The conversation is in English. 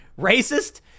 racist